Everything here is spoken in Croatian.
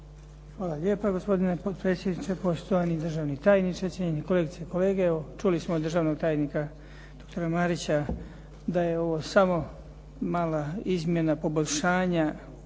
Hvala lijepa gospodine potpredsjedniče, poštovani državni tajniče, cijenjeni kolegice i kolege. Evo čuli smo od državnog tajnika dr. Marića da je ovo samo mala izmjena poboljšanja,